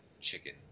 Chicken